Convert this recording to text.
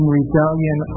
rebellion